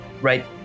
right